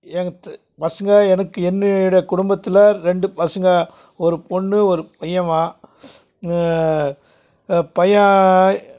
என் த பசங்க எனக்கு என்னுடைய குடும்பத்தில் ரெண்டு பசங்க ஒரு பொண்ணு ஒரு பையம்மா பையன்